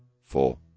Four